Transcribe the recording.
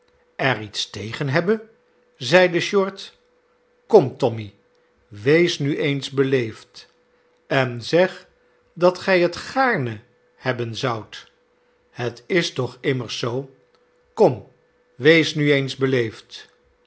er iets tegen hebben zeide short kom tommy wees nu eens beleefd en zeg dat gij het gaarne hebben zoudt het is toch immers zoo kom wees nu eens beleefd